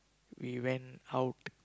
we went out